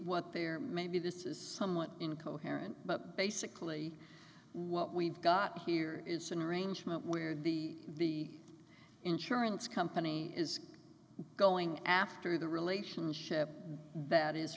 what they are maybe this is somewhat incoherent but basically what we've got here is an arrangement where the insurance company is going after the relationship that is